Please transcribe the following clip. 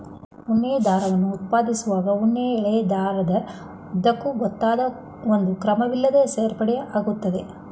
ಉಣ್ಣೆ ದಾರವನ್ನು ಉತ್ಪಾದಿಸುವಾಗ ಉಣ್ಣೆಯ ಎಳೆ ದಾರದ ಉದ್ದಕ್ಕೂ ಗೊತ್ತಾದ ಒಂದು ಕ್ರಮವಿಲ್ಲದೇ ಸೇರ್ಪಡೆ ಆಗ್ತದೆ